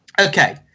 okay